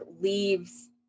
leaves